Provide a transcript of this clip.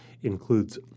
includes